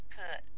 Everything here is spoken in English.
put